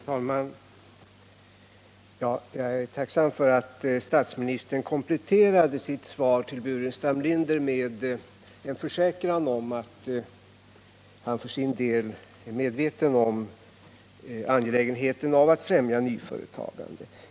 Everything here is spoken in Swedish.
Herr talman! Jag är tacksam för att statsministern kompletterade sitt svar till Staffan Burenstam Linder med en försäkran om att han för sin del är medveten om angelägenheten av att främja nyföretagande.